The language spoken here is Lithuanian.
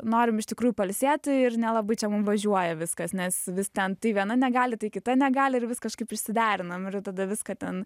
norim iš tikrųjų pailsėti ir nelabai čia mum važiuoja viskas nes vis ten tai viena negali tai kita negali ir vis kažkaip išsiderinam ir tada viską ten